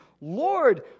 Lord